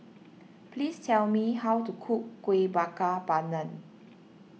please tell me how to cook Kuih Bakar Pandan